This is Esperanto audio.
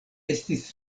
estis